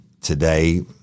today